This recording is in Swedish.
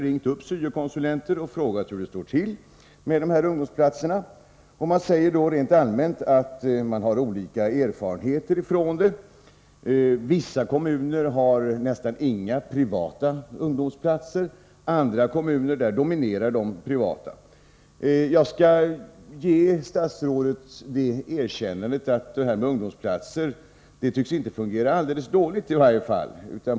Jag har ringt syo-konsulenter och frågat hur det står till med de här ungdomsplatserna. Det kan rent allmänt sägas att man har olika erfarenheter. Vissa kommuner har nästan inga privata ungdomsplatser — i andra kommuner däremot dominerar de privata. Jag skall ge statsrådet det erkännandet att ungdomsplatserna inte genomgående tycks fungera dåligt.